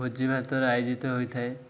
ଭୋଜି ଭାତର ଆୟୋଜିତ ହୋଇଥାଏ